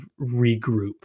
regroup